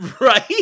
Right